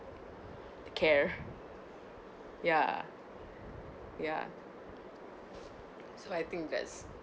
to care ya ya so I think that's